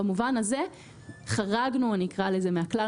במובן הזה חרגנו אני אקרא לזה כך מהכלל